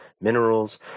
minerals